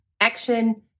action